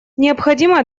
необходимо